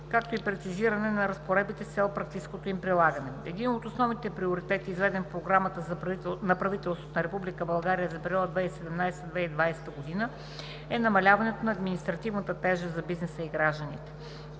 както и прецизиране на разпоредбите с цел практическото им прилагане. Един от основните приоритети, изведен в Програмата на правителството на Република България за периода 2017 – 2020 г., е намаляването на административната тежест за бизнеса и гражданите.